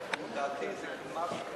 לדעתי זה כמעט,